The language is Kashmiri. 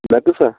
میٚکٕس ہا